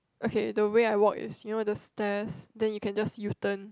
okay the way I walk is you know the stairs then you can just use turn